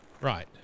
Right